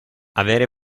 avere